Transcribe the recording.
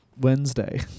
Wednesday